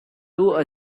two